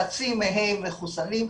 חצי מהם מחוסנים,